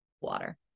water